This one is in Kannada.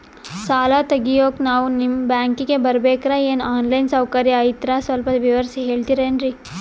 ಸಾಲ ತೆಗಿಯೋಕಾ ನಾವು ನಿಮ್ಮ ಬ್ಯಾಂಕಿಗೆ ಬರಬೇಕ್ರ ಏನು ಆನ್ ಲೈನ್ ಸೌಕರ್ಯ ಐತ್ರ ಸ್ವಲ್ಪ ವಿವರಿಸಿ ಹೇಳ್ತಿರೆನ್ರಿ?